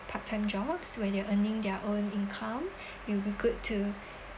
part time jobs when they're earning their own income it'll be good to